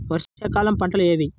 వర్షాకాలం పంటలు ఏవి?